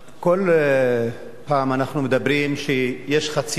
כל פעם אנחנו מדברים שיש חציית גבולות,